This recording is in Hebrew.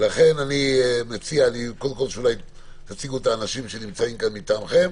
אני מציע שאולי קודם כול תציגו את האנשים שנמצאים כאן מטעמכם.